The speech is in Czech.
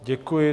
Děkuji.